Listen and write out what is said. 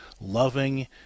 loving